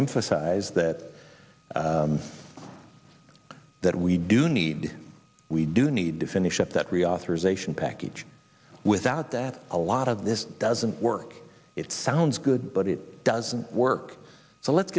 emphasize that that we do need we do need to finish up that reauthorization package without that a lot of this doesn't work it sounds good but it doesn't work so let's